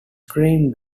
screen